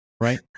Right